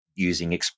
using